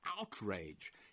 outrage